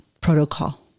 protocol